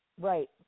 Right